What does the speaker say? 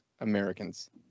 Americans